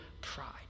pride